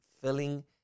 filling